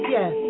Yes